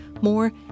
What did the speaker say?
More